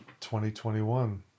2021